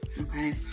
okay